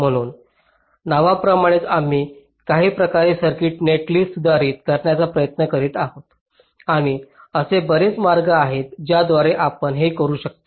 म्हणून नावाप्रमाणेच आम्ही काही प्रकारे सर्किट नेटलिस्ट सुधारित करण्याचा प्रयत्न करीत आहोत आणि असे बरेच मार्ग आहेत ज्याद्वारे आपण हे करू शकता